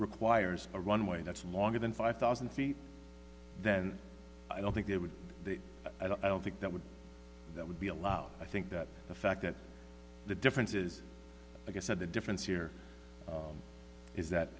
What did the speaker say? requires a runway that's longer than five thousand feet then i don't think there would be i don't think that would that would be allowed i think that the fact that the difference is i guess said the difference here is that